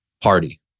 party